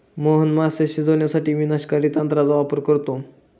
मोहन मासे शिजवण्यासाठी विनाशकारी तंत्राचा वापर करतो